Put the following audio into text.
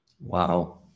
Wow